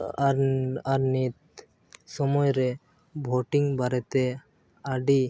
ᱟᱨ ᱟᱨᱱᱤᱛ ᱥᱚᱢᱚᱭᱨᱮ ᱵᱷᱳᱴᱤᱝ ᱵᱟᱨᱮᱛᱮ ᱟᱹᱰᱤ